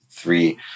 Three